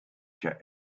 jet